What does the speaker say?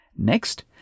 Next